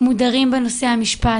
מודרים בנושא המשפט,